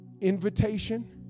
invitation